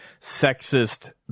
sexist